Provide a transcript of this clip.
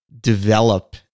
develop